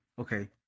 Okay